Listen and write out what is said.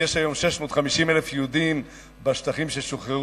אם יש היום 650,000 יהודים בשטחים ששוחררו,